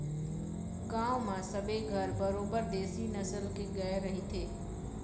गांव म सबे घर बरोबर देशी नसल के गाय रहिथे